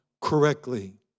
correctly